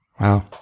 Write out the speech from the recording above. wow